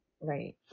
right